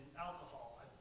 alcohol